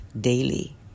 daily